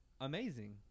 amazing